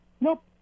Nope